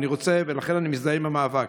ולכן אני מזדהה עם המאבק.